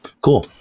Cool